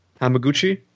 Hamaguchi